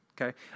Okay